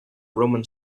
roman